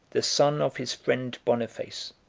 the son of his friend boniface.